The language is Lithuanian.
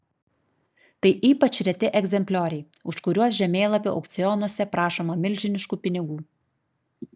tai ypač reti egzemplioriai už kuriuos žemėlapių aukcionuose prašoma milžiniškų pinigų